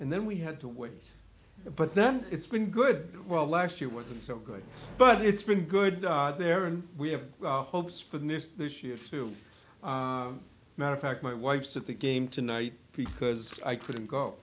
and then we had to wait but then it's been good well last year wasn't so great but it's been good there and we have hopes for this this year too matter of fact my wife's at the game tonight because i couldn't